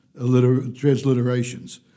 transliterations